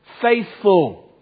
faithful